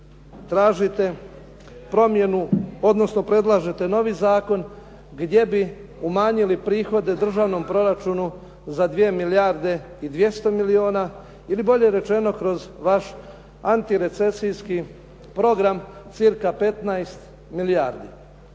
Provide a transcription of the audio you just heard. tražite promjenu odnosno predlažete novi zakon gdje bi umanjili prihode državnom proračunu za 2 milijarde i 200 milijuna, ili bolje rečeno kroz vaš antirecesijski program cirka 15 milijardi.